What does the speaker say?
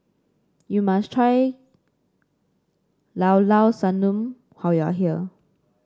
you must try Llao Llao Sanum how you are here